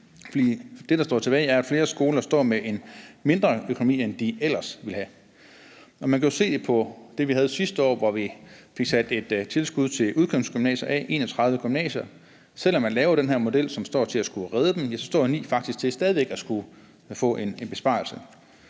det, der står tilbage, er, at flere skoler står med en mindre økonomi, end de ellers ville have. Man kan jo se det på det, vi havde sidste år, hvor vi fik sat et tilskud af til udkantsgymnasier, 31 gymnasier. Selv om man laver den her model, der står til at skulle redde dem, så står 9 faktisk til stadig væk at få en besparelse.